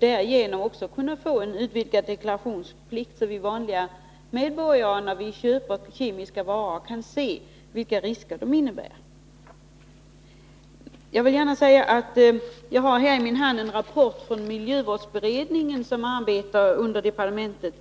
Därigenom skall det också kunna bli en utvidgad deklarationsplikt, så att vi vanliga medborgare kan se vilka risker de kemiska produkter som vi köper innebär. Jag har i min hand en rapport från miljövårdsberedningen, som arbetar under departementet.